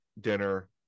dinner